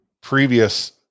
previous